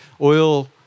Oil